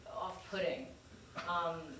off-putting